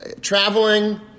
traveling